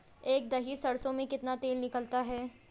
एक दही सरसों में कितना तेल निकलता है?